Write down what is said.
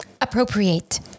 Appropriate